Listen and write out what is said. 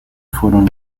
furono